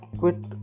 quit